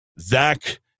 Zach